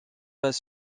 pas